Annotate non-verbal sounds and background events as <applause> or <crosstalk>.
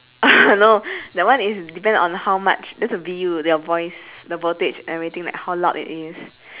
<laughs> no that one is depends on how much this is D U your voice the voltage everything like how loud it is